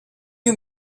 you